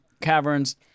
caverns